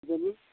ज़मीन